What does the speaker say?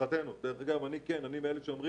משאיר